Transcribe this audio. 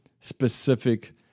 specific